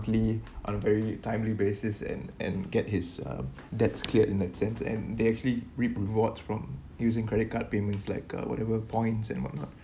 on very timely basis and and get his uh debts cleared in that sense and they actually reap rewards from using credit card payments like uh whatever points and what not